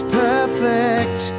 perfect